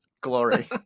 glory